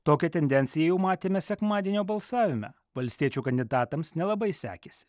tokią tendenciją jau matėme sekmadienio balsavime valstiečių kandidatams nelabai sekėsi